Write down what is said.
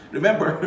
Remember